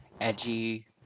edgy